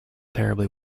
terribly